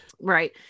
Right